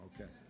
okay